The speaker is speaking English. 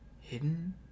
hidden